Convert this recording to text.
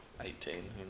eighteen